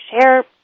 share